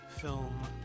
film